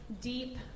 deep